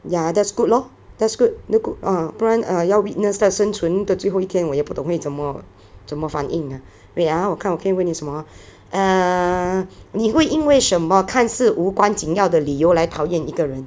ya that's good lor that's good 如果 uh 不然 err 要 witness 到生存的最后一天我也不懂会怎么怎么反应 ah wait ah 我看我可以问你什么 err 你会因为什么看似无关紧要的理由来讨厌一个人